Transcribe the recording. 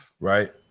right